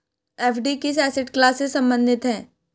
FD किस asset class से संबंधित है?